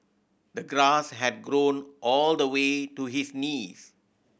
the grass had grown all the way to his knees